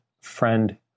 friend